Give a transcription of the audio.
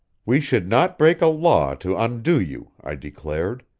we should not break a law to undo you, i declared.